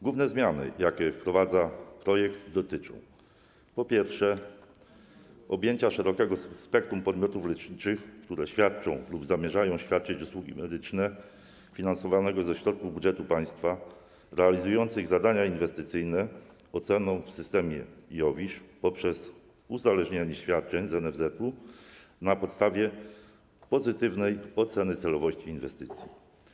Główne zmiany, jakie wprowadza projekt, po pierwsze, dotyczą objęcia szerokiego spektrum podmiotów leczniczych, które świadczą lub zamierzają świadczyć usługi medyczne finansowane ze środków budżetu państwa, realizujących zadania inwestycyjne, oceną w systemie IOWISZ poprzez uzależnienie świadczeń z NFZ-u od pozytywnej oceny celowości inwestycji.